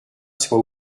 soit